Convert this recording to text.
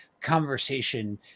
conversation